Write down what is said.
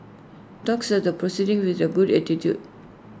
talks are the proceeding with A good attitude